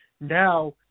Now